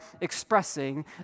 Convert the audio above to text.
expressing